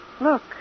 Look